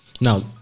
now